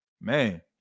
man